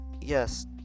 yes